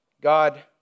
God